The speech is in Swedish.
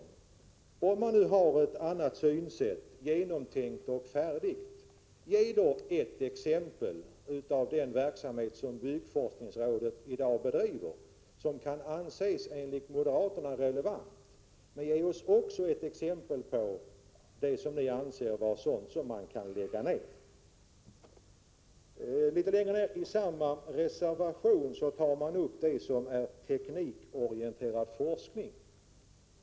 Om moderaterna nu har ett annat synsätt genomtänkt och färdigt, ge då ett exempel på den verksamhet som byggforskningsrådet i dag bedriver som enligt moderaterna kan anses relevant! Men ge oss också ett exempel på det som ni anser kan läggas ned! Litet längre ner i samma reservation tar moderaterna upp frågan om teknikorienterad forskning.